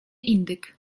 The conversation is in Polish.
indyk